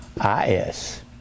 I-S